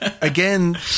again